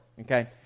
Okay